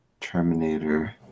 Terminator